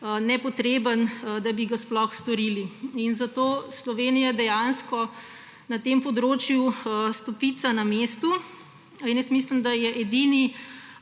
nepotreben, da bi ga sploh storili in zato Slovenija dejansko na tem področju stopica na mestu. Mislim, da je edini